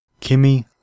Kimmy